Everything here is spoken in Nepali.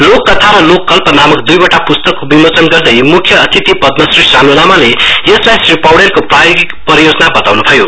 लोक कथा र लोक कल्प नामक दुईवाट पुस्तकको विमोचन गर्दै मुख्य अतिथि पद्राश्री सानु लामाले यसलाई श्री पौड़ायको प्रायोगिक परियोजना बताउनु भयो